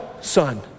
son